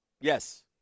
Yes